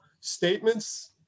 Statements